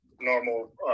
normal